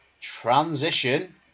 Transition